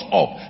up